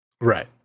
Right